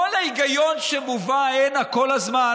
כל ההיגיון שמובא הנה כל הזמן,